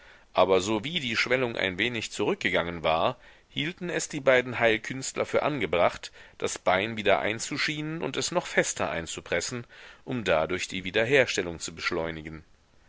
aber sowie die schwellung ein wenig zurückgegangen war hielten es die beiden heilkünstler für angebracht das bein wieder einzuschienen und es noch fester einzupressen um dadurch die wiederherstellung zu beschleunigen